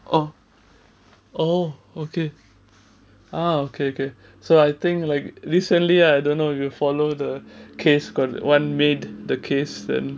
oh oh okay ah okay okay so I think like recently I don't know you follow the case got one maid the case then